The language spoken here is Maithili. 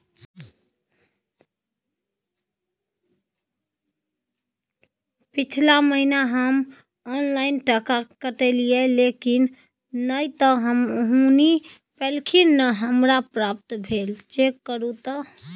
पिछला महीना हम ऑनलाइन टका कटैलिये लेकिन नय त हुनी पैलखिन न हमरा प्राप्त भेल, चेक करू त?